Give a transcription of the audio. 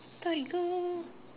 Torigo